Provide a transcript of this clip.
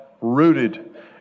rooted